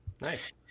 Nice